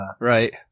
Right